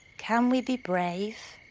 can we be brave?